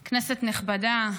נכבדה,